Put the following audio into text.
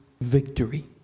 victory